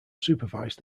supervised